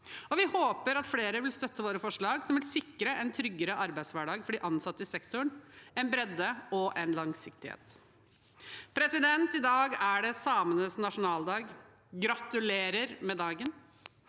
Vi håper at flere vil støtte våre forslag, som vil sikre en tryggere arbeidshverdag for de ansatte i sektoren, en bredde og en langsiktighet. I dag er det samenes nasjonaldag: Gratulerer med dagen!